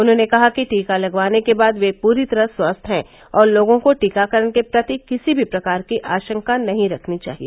उन्होंने कहा कि टीका लगवाने के बाद वे पूरी तरह स्वस्थ हैं और लोगों को टीकाकरण के प्रति किसी भी प्रकार की आशंका नहीं रखनी चाहिए